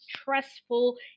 stressful